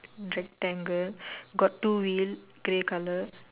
rectangle got two wheel grey colour